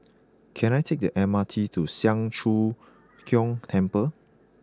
can I take the M R T to Siang Cho Keong Temple